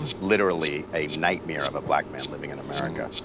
literally a nightmare of a black man living in america.